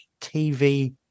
TV